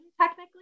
technically